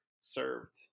served